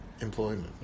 employment